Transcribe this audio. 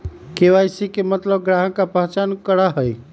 KYC के मतलब ग्राहक का पहचान करहई?